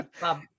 Bob